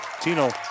Tino